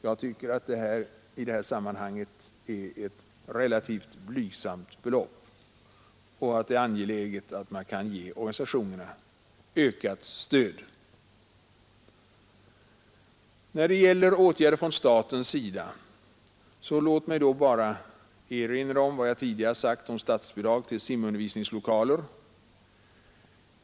Jag tycker, att det i detta sammanhang är ett relativt blygsamt belopp och finner det angeläget att man kan ge organisationerna ökat stöd. När det gäller åtgärder från statens sida så låt mig bara erinra om vad jag tidigare nämnt om statsbidrag till simundervisningslokaler.